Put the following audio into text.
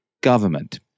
government